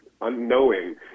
unknowing